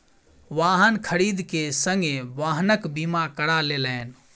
वाहन खरीद के संगे वाहनक बीमा करा लेलैन